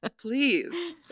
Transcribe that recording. Please